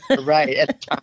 Right